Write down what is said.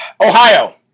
Ohio